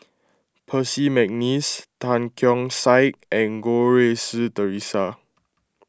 Percy McNeice Tan Keong Saik and Goh Rui Si theresa